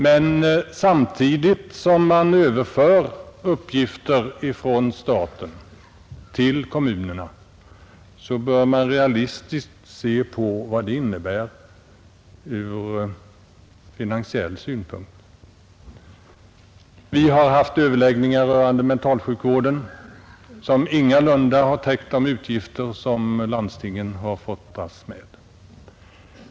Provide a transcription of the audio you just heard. Men samtidigt som man överför uppgifter från staten till kommunerna bör man se realistiskt på innebörden härav ur finansiell synpunkt. Vi har haft överläggningar rörande mentalsjukvården, där bidragen ingalunda har täckt de utgifter som landstingen har fått dras med.